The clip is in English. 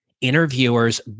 Interviewers